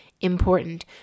important